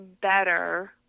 better